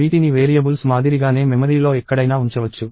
వీటిని వేరియబుల్స్ మాదిరిగానే మెమరీలో ఎక్కడైనా ఉంచవచ్చు